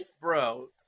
Bro